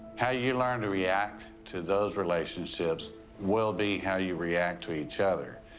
how you learn to react to those relationships will be how you react to each other.